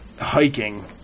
hiking